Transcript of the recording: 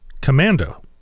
commando